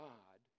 God